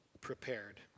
prepared